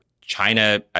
China